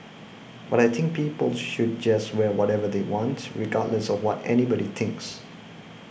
but I think people should just wear whatever they want regardless of what anybody thinks